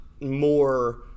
more